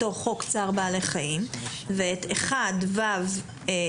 מתוך חוק צער בעלי חיים ואת (1) ו (2)